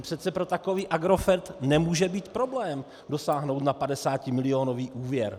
Přece pro takový Agrofert nemůže být takový problém dosáhnout na padesátimilionový úvěr.